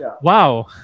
Wow